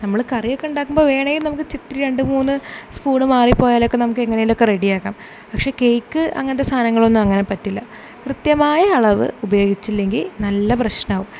നമ്മൾ കറിയൊക്കെ ഉണ്ടാക്കുമ്പോൾ വേണേ നമുക്ക് ഇത്തിരി രണ്ട് മൂന്ന് സ്പൂണ് മാറിപ്പോയാലൊക്ക നമുക്ക് എങ്ങനേലൊക്ക റെഡിയാക്കാം പക്ഷേ കേക്ക് അങ്ങനത്തെ സാധനങ്ങളൊന്നും അങ്ങനെ പറ്റില്ല കൃത്യമായ അളവ് ഉപയോഗിച്ചില്ലെങ്കിൽ നല്ല പ്രശ്നാവും